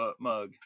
mug